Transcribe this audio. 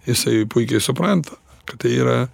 jisai puikiai supranta kad tai yra